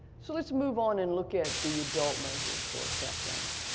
so let's move on and look at the adult measures for a second.